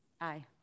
Aye